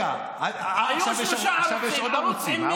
עכשיו יש עוד ערוצים.